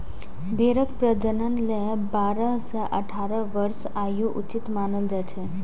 भेड़क प्रजनन लेल बारह सं अठारह वर्षक आयु उचित मानल जाइ छै